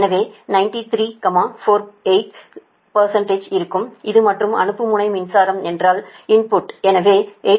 இது வெளியீடு இது ஒரு பெறுதல் முனை மின்சாரம் என்றாள் அவுட்புட் மற்றும் அனுப்பும் முனை மின்சாரம் என்றாள் இன்புட் எனவே 8085